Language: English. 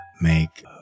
make